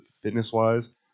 fitness-wise